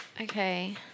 Okay